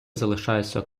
залишається